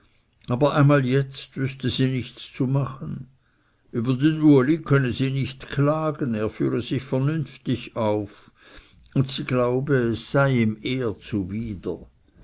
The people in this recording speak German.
aber einmal jetzt wüßte sie nichts zu machen über den uli könne sie nicht klagen er führe sich vernünftig auf und sie glaube es sei ihm eher zuwider